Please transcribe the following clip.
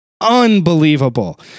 unbelievable